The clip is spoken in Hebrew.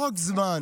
לא רק זמן,